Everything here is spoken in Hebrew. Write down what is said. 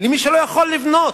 למי שלא יכול לבנות,